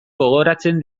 gogoratzen